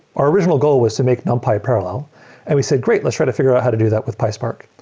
our original goal was to make numpy parallel and we said, great! let's try to figure out how to do that with pyspark,